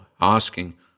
asking